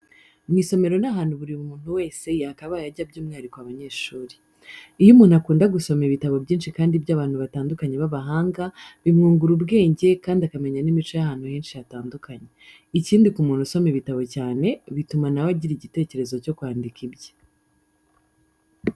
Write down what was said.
Mu isomero ni ahantu buri muntu wese yakabaye ajya by'umwihariko abanyeshuri. Iyo umuntu akunda gusoma ibitabo byinshi kandi by'abantu batandukanye b'abahanga, bimwungura ubwenge kandi akamenya n'imico y'ahantu henshi hatandukanye. Ikindi ku muntu usoma ibitabo cyane, bituma na we agira igitekerezo cyo kwandika ibye.